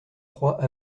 trois